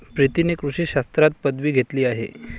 प्रीतीने कृषी शास्त्रात पदवी घेतली आहे